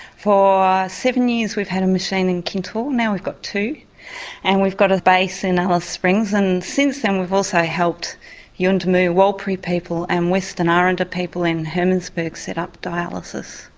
for seven years we've had a machine in kintore, now we've got two and we've got a base in alice springs and since then we've also helped yuendumu warlpiri people and western aranda and people in hermannsburg set up dialysis.